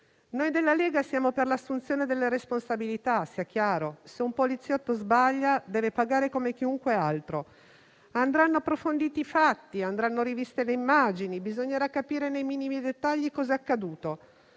Noi della Lega siamo per l'assunzione delle responsabilità, sia chiaro. Se un poliziotto sbaglia, deve pagare come chiunque altro. Andranno approfonditi i fatti, andranno riviste le immagini, bisognerà capire nei minimi dettagli cosa è accaduto.